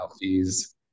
fees